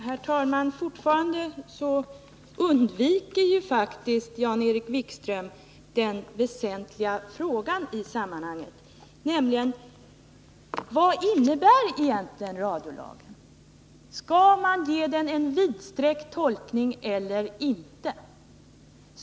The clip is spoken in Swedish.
Herr talman! Fortfarande undviker faktiskt Jan-Erik Wikström den väsentliga frågan i sammanhanget: Vad innebär egentligen radiolagen? Skall man ge den en vidsträckt tolkning eller inte?